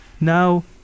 Now